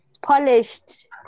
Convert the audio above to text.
Polished